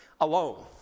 alone